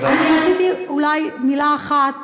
אני רציתי אולי מילה אחת,